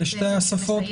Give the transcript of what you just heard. בשתי השפות?